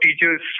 teachers